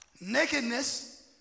nakedness